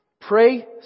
Pray